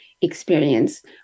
experience